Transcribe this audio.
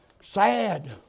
Sad